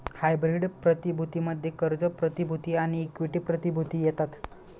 hybrid प्रतिभूती मध्ये कर्ज प्रतिभूती आणि इक्विटी प्रतिभूती येतात